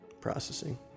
processing